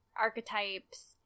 archetypes